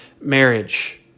marriage